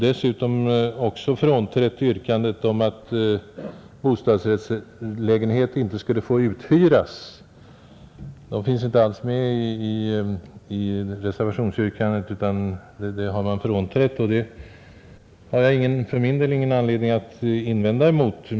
Dessutom har herr Israelsson frånträtt yrkandet om att bostadsrättslägenhet inte skall få uthyras; det finns inte alls med i reservationsyrkandet. Det har jag för min del ingen anledning att invända något emot.